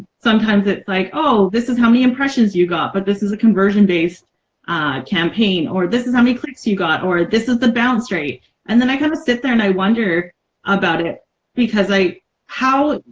sometimes it's like oh this is how many impressions you got but this is a conversion based campaign or this is how many clicks you got or this is the bounce rate and then i kind of sit there and i wonder about it because how.